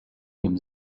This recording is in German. ihm